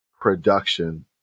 production